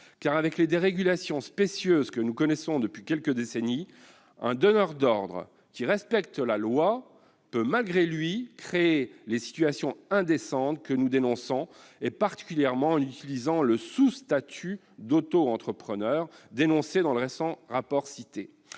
Avec les dérégulations spécieuses que nous connaissons depuis quelques décennies, un donneur d'ordre qui respecte la loi peut malgré lui créer les situations indécentes que nous dénonçons, particulièrement en utilisant le sous-statut d'autoentrepreneur dénoncé dans le récent rapport précité.